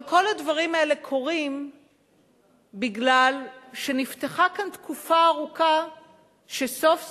אבל כל הדברים האלה קורים משום שנפתחה כאן תקופה ארוכה שסוף-סוף